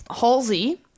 Halsey